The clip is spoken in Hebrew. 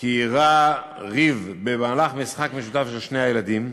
כי אירע ריב במהלך משחק משותף של שני הילדים.